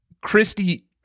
Christy